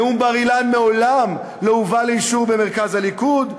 נאום בר-אילן מעולם לא הובא לאישור במרכז הליכוד,